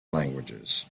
languages